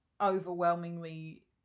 overwhelmingly